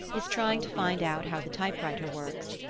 is trying to find out how the typewriter works.